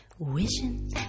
Wishing